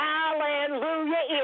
Hallelujah